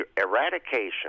Eradication